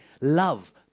love